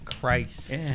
Christ